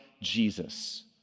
Jesus